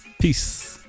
peace